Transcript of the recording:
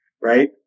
right